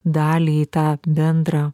dalį į tą bendrą